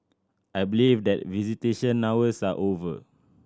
I believe that visitation hours are over